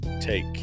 take